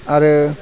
आरो